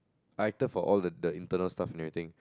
I acted for all the the internal stuff and everything